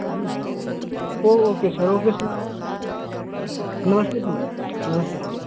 जी जी सर ओ okay sir okay sir नमस्ते जी नमस्ते सर